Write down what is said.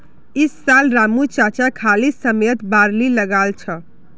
इस साल रामू चाचा खाली समयत बार्ली लगाल छ